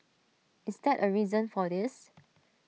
is that A reason for this